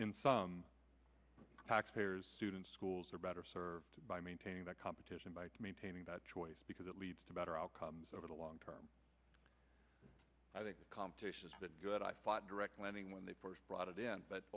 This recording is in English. in some taxpayers students schools are better served by maintaining that competition by maintaining that choice because it leads to better outcomes over the long term i think competition is good i thought direct lending when they first brought it in but